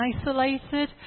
isolated